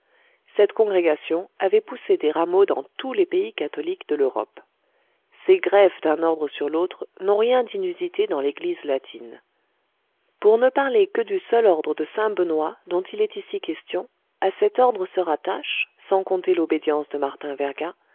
cette congrégation avait poussé des rameaux dans tous les pays catholiques de l'europe ces greffes d'un ordre sur l'autre n'ont rien d'inusité dans l'église latine pour ne parler que du seul ordre de saint benoît dont il est ici question à cet ordre se rattachent sans compter l'obédience de martin verga